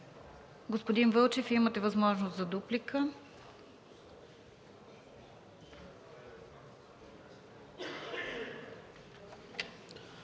Господин Вълчев, имате възможност за дуплика.